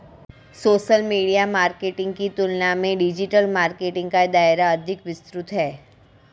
social media marketing की तुलना में डिजिटल मार्केटिंग का दायरा अधिक विस्तृत है